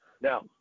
Now